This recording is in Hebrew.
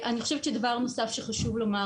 אני חושבת שדבר נוסף שחשוב לומר